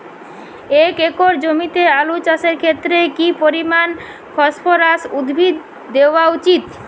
এক একর জমিতে আলু চাষের ক্ষেত্রে কি পরিমাণ ফসফরাস উদ্ভিদ দেওয়া উচিৎ?